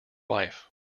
wife